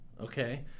okay